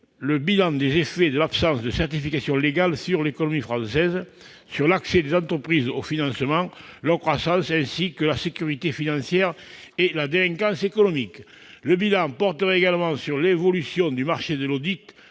le bilan des effets de l'absence de certification légale sur l'économie française, en matière notamment d'accès des entreprises au financement, de croissance des entreprises, de sécurité financière et de délinquance économique. Le bilan porterait également sur l'évolution du marché de l'audit